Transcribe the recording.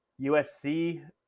USC